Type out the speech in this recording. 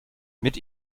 mit